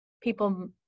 people